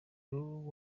lulu